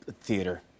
theater